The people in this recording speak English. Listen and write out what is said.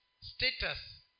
status